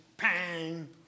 bang